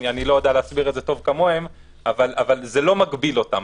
אני לא יודע להסביר את זה טוב כמוהם אבל זה לא מגביל אותם.